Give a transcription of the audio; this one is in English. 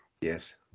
Yes